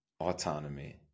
autonomy